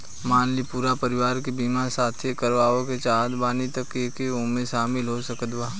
मान ली पूरा परिवार के बीमाँ साथे करवाए के चाहत बानी त के के ओमे शामिल हो सकत बा?